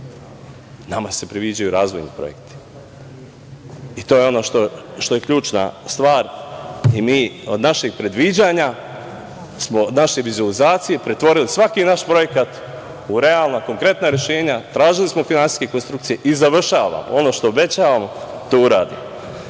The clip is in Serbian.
Nama se priviđaju razvojni projekti i to je ono što je ključna stvar i mi od našeg predviđanja smo naše vizuelizacije pretvorili svaki naš projekat u realna, konkretna rešenja. Tražili smo finansijske konstrukcije i završavamo. Ono što obećavamo to i uradimo. Još